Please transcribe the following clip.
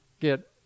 get